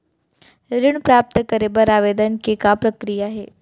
ऋण प्राप्त करे बर आवेदन के का प्रक्रिया हे?